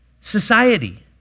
society